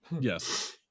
Yes